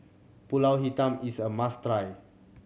Pulut Hitam is a must try